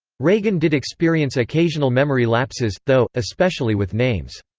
reagan did experience occasional memory lapses, though, especially with names.